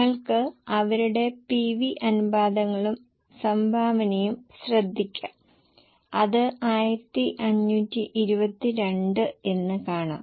നിങ്ങൾക്ക് അവരുടെ പിവി അനുപാതങ്ങളും സംഭാവനയും ശ്രദ്ധിക്കാം അത് 1522 എന്ന് കാണാം